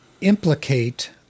implicate